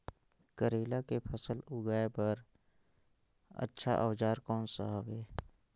करेला के फसल उगाई बार अच्छा औजार कोन सा हवे?